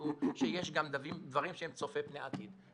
יידעו שיש גם דברים שהם צופי פני עתיד,